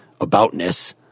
aboutness